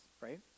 right